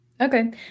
okay